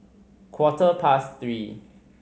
quarter past three